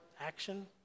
action